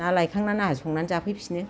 ना लायखांनानै आंहा संनानै जाफैफिनो